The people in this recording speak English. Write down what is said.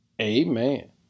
Amen